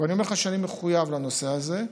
ואני אומר לך שאני מחויב לנושא הזה.